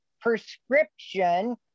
prescription